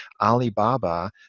Alibaba